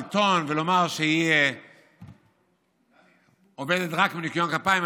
לטעון ולומר שהיא עובדת רק בניקיון כפיים,